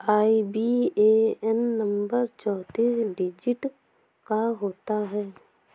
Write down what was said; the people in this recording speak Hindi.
आई.बी.ए.एन नंबर चौतीस डिजिट का होता है